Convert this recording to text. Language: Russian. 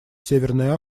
северной